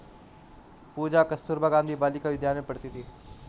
पूजा कस्तूरबा गांधी बालिका विद्यालय में पढ़ती थी